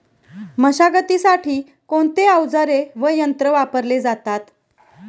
मशागतीसाठी कोणते अवजारे व यंत्र वापरले जातात?